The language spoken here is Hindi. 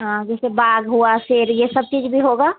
हाँ जैसे बाग हुआ शेर यह सब चीज़ भी होगा